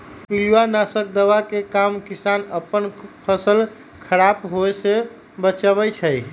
पिलुआ नाशक दवाइ के काम किसान अप्पन फसल ख़राप होय् से बचबै छइ